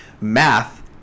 math